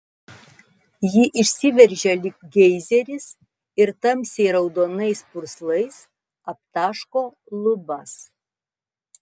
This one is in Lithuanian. ji išsiveržia lyg geizeris ir tamsiai raudonais purslais aptaško lubas